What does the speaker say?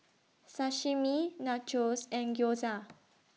Sashimi Nachos and Gyoza